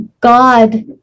God